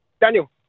Daniel